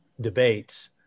debates